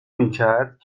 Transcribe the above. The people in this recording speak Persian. میکرد